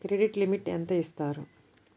Credit limit ఎంత ఇస్తారు?